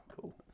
cool